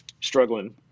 struggling